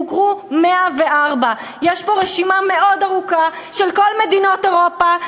הוכרו 104. יש פה רשימה מאוד ארוכה של כל מדינות אירופה,